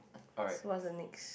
alright